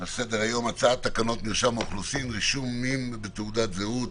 על סדר היום: הצעת תקנות מרשם האוכלוסין (רישומים בתעודת זהות)